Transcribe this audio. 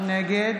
נגד